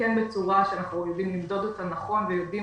ושמתעדכן בצורה שאנחנו יודעים למדוד אותו נכון ויודעים